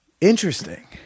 Interesting